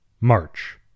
March